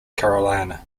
carolina